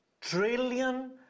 trillion